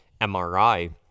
MRI